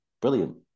brilliant